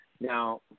Now